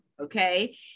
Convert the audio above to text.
okay